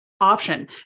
option